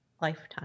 lifetime